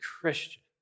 Christian